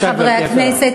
בבקשה, גברתי השרה.